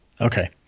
Okay